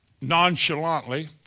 nonchalantly